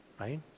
right